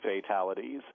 fatalities